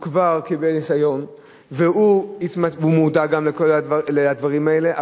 הוא כבר קיבל ניסיון והוא מודע גם לכל הדברים האלה,